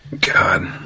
God